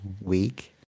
week